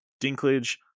Dinklage